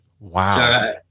Wow